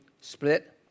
split